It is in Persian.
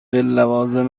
لوازم